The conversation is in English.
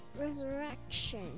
resurrection